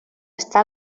està